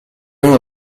uno